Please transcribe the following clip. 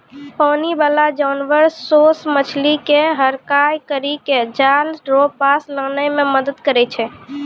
पानी बाला जानवर सोस मछली के हड़काय करी के जाल रो पास लानै मे मदद करै छै